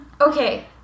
Okay